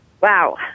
wow